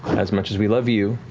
as much as we love you.